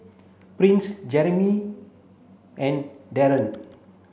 Prince Jeramy and Dereon